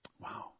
Wow